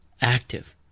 active